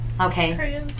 Okay